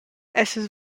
essas